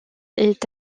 est